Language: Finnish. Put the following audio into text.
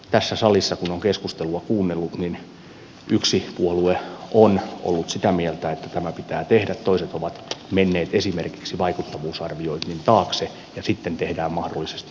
tässä salissa kun on keskustelua kuunnellut niin yksi puolue on ollut sitä mieltä että tämä pitää tehdä toiset ovat menneet esimerkiksi vaikuttavuusarvioinnin taakse ja sitten tehdään mahdollisesti uusia päätöksiä